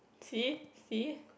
see see